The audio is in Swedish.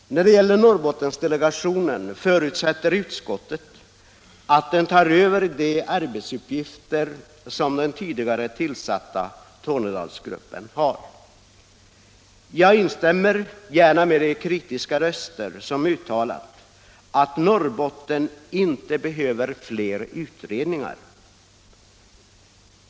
Utskottet förutsätter att Norrbottensdelegationen tar över de arbetsuppgifter som den tidigare tillsatta Tornedalsgruppen har. Jag instämmer gärna med de kritiska röster som uttalat att Norrbotten inte behöver fler utredningar.